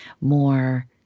more